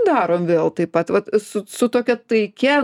darom vėl taip pat vat su su tokia taikia